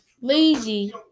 lazy